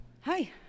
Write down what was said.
Hi